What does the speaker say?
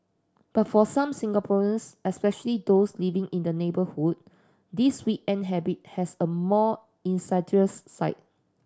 but for some Singaporeans especially those living in the neighbourhood this weekend habit has a more insidious side